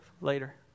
later